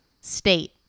State